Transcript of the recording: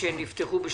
על